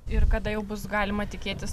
ir kada jau bus galima tikėtis